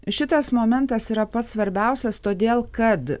šitas momentas yra pats svarbiausias todėl kad